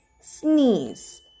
sneeze